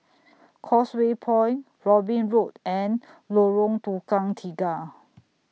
Causeway Point Robin Road and Lorong Tukang Tiga